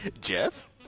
Jeff